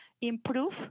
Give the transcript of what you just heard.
improve